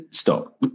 stop